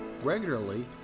regularly